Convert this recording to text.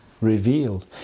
revealed